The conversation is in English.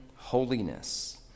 holiness